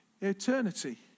eternity